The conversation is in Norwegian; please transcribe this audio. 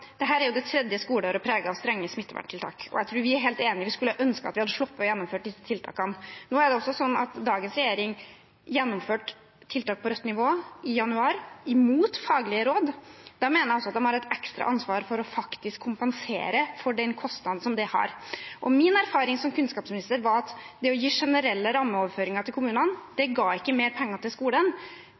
er det tredje skoleåret preget av strenge smitteverntiltak, og jeg tror vi helt enige om at vi skulle ønske at vi hadde sluppet å gjennomføre disse tiltakene. Det er også sånn at dagens regjering gjennomførte tiltak på rødt nivå i januar, imot faglige råd. Da mener jeg at de også har et ekstra ansvar for faktisk å kompensere for den kostnaden som det har. Min erfaring som kunnskapsminister var at det å gi generelle rammeoverføringer til kommunene ikke ga mer penger til skolen.